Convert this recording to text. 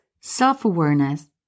self-awareness